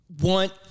want